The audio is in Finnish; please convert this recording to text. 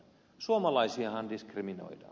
suomalaisiahan diskriminoidaan